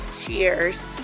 cheers